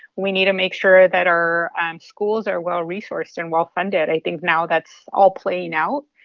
we need to make sure that our schools are well-resourced and well-funded. i think now that's all playing out.